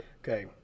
Okay